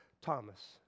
Thomas